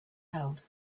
held